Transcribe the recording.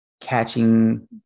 catching